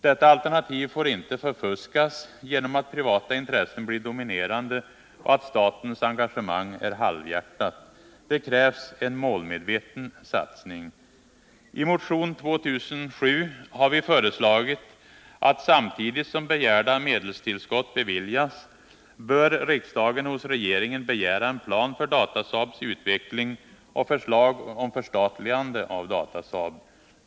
Detta alternativ får inte förfuskas genom att privata intressen blir dominerande och genom att statens engagemang är halvhjärtat. Det krävs en målmedveten satsning. I motion 2007 har vi föreslagit att samtidigt som begärda medelstillskott beviljas skall riksdagen hos regeringen begära en plan för Datasaabs utveckling och förslag om förstatligande av Datasaab.